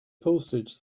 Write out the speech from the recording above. postage